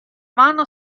mano